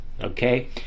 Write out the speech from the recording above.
Okay